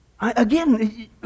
Again